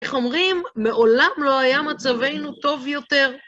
איך אומרים? מעולם לא היה מצבנו טוב יותר.